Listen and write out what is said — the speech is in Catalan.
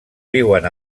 viuen